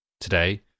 today